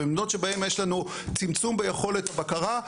במדינות שבהן יש לנו צמצום על יכולת הבקרה,